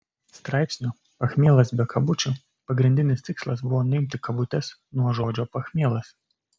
straipsnio pachmielas be kabučių pagrindinis tikslas buvo nuimti kabutes nuo žodžio pachmielas